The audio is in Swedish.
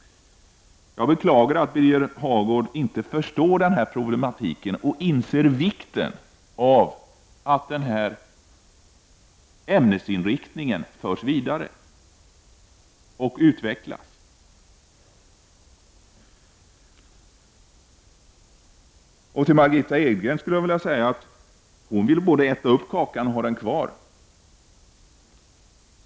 Jag beklagar att Birger Hagård inte förstår den här problematiken och inser vikten av att denna ämnesinriktning förs vidare och utvecklas. Margitta Edgren vill både äta upp kakan och ha den kvar.